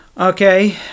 Okay